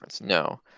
no